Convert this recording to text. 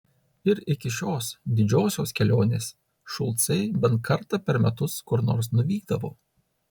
ir iki šios didžiosios kelionės šulcai bent kartą per metus kur nors nuvykdavo